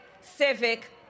civic